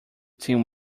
team